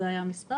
זה היה המספר.